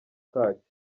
kacyo